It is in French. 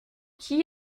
qui